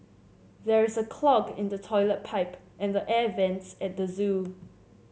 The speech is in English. there is a clog in the toilet pipe and the air vents at the zoo